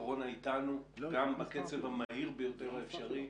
הקורונה איתנו גם בקצב המהיר ביותר האפשרי.